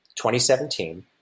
2017